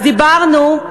אז דיברנו,